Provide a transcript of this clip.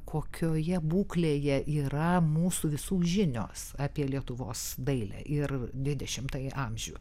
kokioje būklėje yra mūsų visų žinios apie lietuvos dailę ir dvidešimtąjį amžių